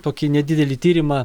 tokį nedidelį tyrimą